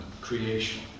creation